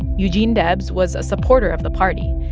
eugene debs was a supporter of the party.